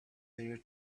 their